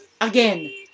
Again